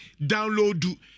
Download